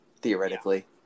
theoretically